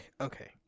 Okay